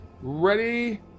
ready